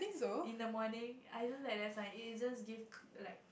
in the morning I just like that's like is just give c~ like